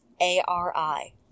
a-r-i